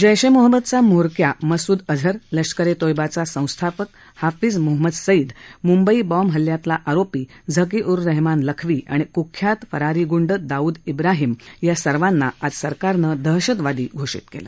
जैश ए मोहम्मदचा म्होरक्या मसूद अझर लष्करे तोयबाचा संस्थापक हाफिझ मोहम्मद सईद मुंबई बाँब हल्ल्यातला आरोपी झकी उर रहमान लखवी आणि कुविख्यात फरारी गुंड दाऊद इब्राहीम या सर्वांना आज सरकारनं दहशतवादी घोषित केलं